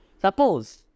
Suppose